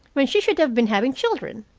when she should have been having children.